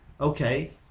okay